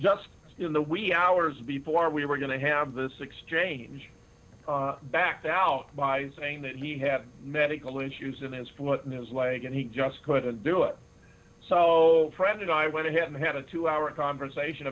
just in the wee hours before we were going to have this exchange backed out by saying that he had medical issues and then split in his leg and he just couldn't do it so friend and i went ahead and had a two hour conversation